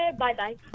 bye-bye